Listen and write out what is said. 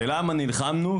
ולמה נלחמנו?